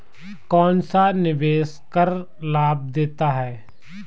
कौनसा निवेश कर लाभ देता है?